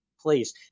please